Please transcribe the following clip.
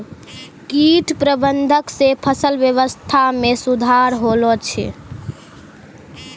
कीट प्रबंधक से फसल वेवस्था मे सुधार होलो छै